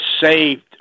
saved